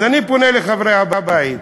אז אני פונה לחברי הבית: